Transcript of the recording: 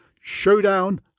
Showdown